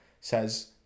says